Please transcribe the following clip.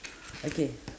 okay